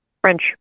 French